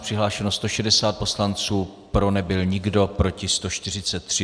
Přihlášeno 160 poslanců, pro nebyl nikdo, proti 143.